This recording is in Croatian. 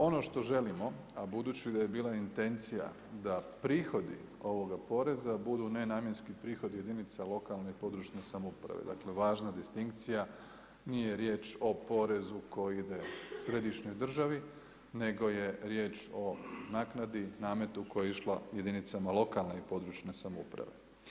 Ono što želimo, a budući da je bila intencija, da prihodi ovoga poreza budu nenamjenski prihodi jedinica lokalne i područne samouprave , dakle važna distinkcija, nije riječ o porezu koji ide središnjoj državi, nego je riječ o naknadi, nametu, koji je išlo jedinicama lokalne i područne samouprave.